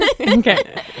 Okay